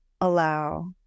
allow